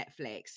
Netflix